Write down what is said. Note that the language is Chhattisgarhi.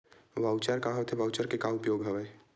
वॉऊचर का होथे वॉऊचर के का उपयोग हवय?